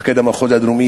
מפקד המחוז הדרומי,